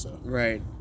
Right